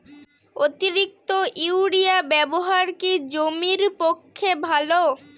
অতিরিক্ত ইউরিয়া ব্যবহার কি জমির পক্ষে ভালো?